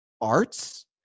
arts